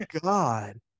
God